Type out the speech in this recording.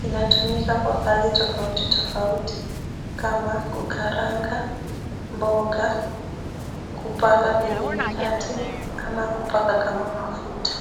Inatumika kwa kazi tofauti tofauti kama kukaranga mboga, kupaka kwenye mikate ama kupaka kama mafuta.